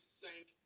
sank